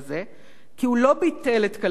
כי הוא לא ביטל את כלכלת השוק.